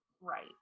Right